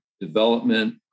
development